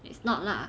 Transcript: it's not lah